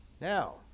Now